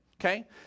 okay